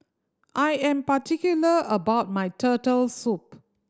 I am particular about my Turtle Soup